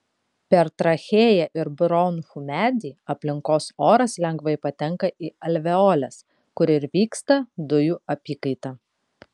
per trachėją ir bronchų medį aplinkos oras lengvai patenka į alveoles kur ir vyksta dujų apykaita